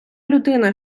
людина